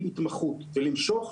זה אומר הצוות